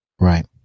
Right